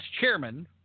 chairman